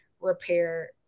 repair